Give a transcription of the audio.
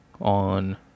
on